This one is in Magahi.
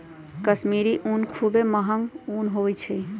कश्मीरी ऊन खुब्बे महग ऊन होइ छइ